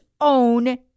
own